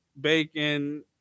bacon